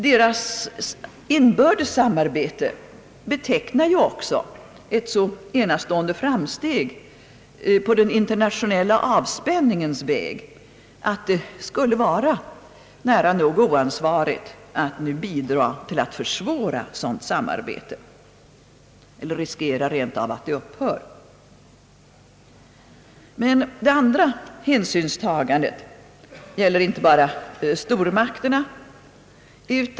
Deras inbördes samarbete betecknar ju också ett så enastående framsteg på den internationella avspänningens väg att det skulle vara nära nog oansvarigt att nu bidra till att försvåra ett sådant samarbete eller rent av riskera att det upphör. Ett andra hänsynstagande gäller inte bara stormakterna.